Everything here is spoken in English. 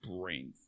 brain